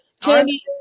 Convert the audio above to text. Candy